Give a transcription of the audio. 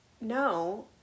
no